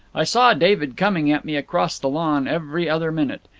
i saw david coming at me across the lawn every other minute.